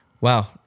Wow